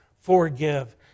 forgive